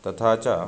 तथा च